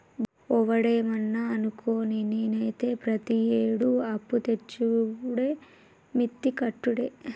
ఒవడేమన్నా అనుకోని, నేనైతే ప్రతియేడూ అప్పుతెచ్చుడే మిత్తి కట్టుడే